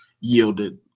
yielded